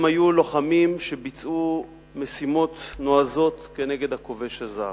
הם היו לוחמים שביצעו משימות נועזות כנגד הכובש הזר.